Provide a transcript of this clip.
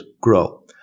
grow